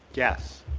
yes.